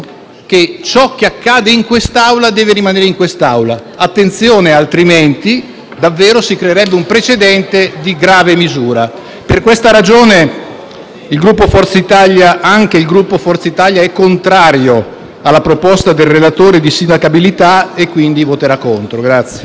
che ciò che accade in quest'Aula deve rimanere in quest'Aula. In caso contrario si creerebbe davvero un precedente di grave misura. Per questa ragione anche il Gruppo Forza Italia è contrario alla proposta del relatore di sindacabilità e, quindi, il nostro voto